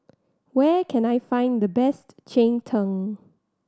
where can I find the best cheng tng